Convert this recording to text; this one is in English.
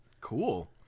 Cool